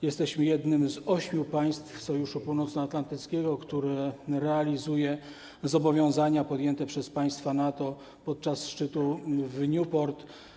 Jesteśmy jednym z ośmiu państw Sojuszu Północnoatlantyckiego, które realizuje zobowiązania podjęte przez państwa NATO podczas szczytu w Newport.